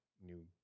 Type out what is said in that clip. new